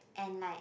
and like